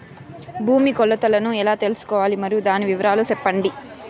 భూమి కొలతలను ఎలా తెల్సుకోవాలి? మరియు దాని వివరాలు సెప్పండి?